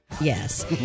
Yes